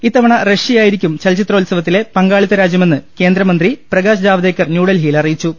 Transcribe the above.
ഇത്തവണ റഷ്യ ആയിരിക്കും ചലചിത്രോത്സവത്തിലെ പങ്കാളിത്തരാജ്യമെന്ന് കേന്ദ്രമന്ത്രി പ്രകാശ് ജാവ്ദേക്കർ ന്യൂഡൽഹിയിൽ അറിയിച്ചു